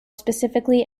specifically